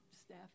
staff